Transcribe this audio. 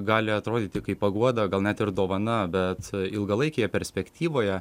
gali atrodyti kaip paguoda gal net ir dovana bet ilgalaikėje perspektyvoje